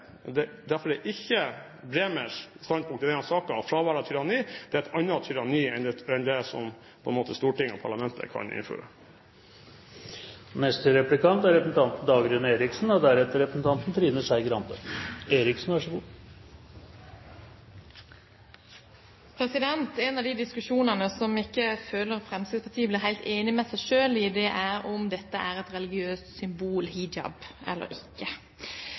bruke hijab. Derfor er ikke Bremers standpunkt i denne saken fravær av tyranni; det er et annet tyranni enn det som Stortinget, parlamentet, kan innføre. En av de diskusjonene der jeg føler at Fremskrittspartiet ikke blir enig med seg selv, er om hijab er et religiøst symbol eller ikke.